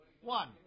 One